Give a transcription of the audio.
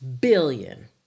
billion